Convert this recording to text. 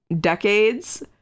decades